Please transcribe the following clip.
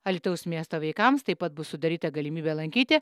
alytaus miesto vaikams taip pat bus sudaryta galimybė lankyti